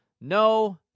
No